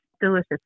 Delicious